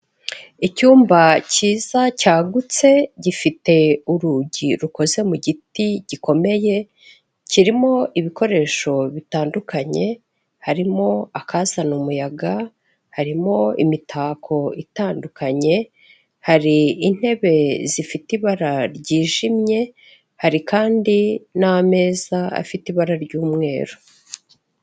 Icyumba cyiza cyagutse gifite urugi rukoze mu giti gikomeye, kirimo ibikoresho bitandukanye, harimo akazana umuyaga, harimo imitako itandukanye, hari intebe zifite ibara ryijimye, hari kandi n'ameza afite ibara ry'umweru.